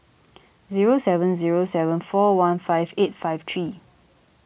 zero seven zero seven four one five eight five three